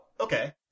okay